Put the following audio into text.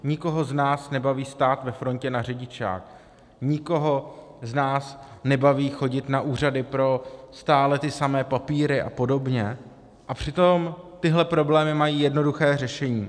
Nikoho z nás nebaví stát ve frontě na řidičák, nikoho z nás nebaví chodit na úřady pro stále ty samé papíry a podobně, a přitom tyhle problémy mají jednoduché řešení.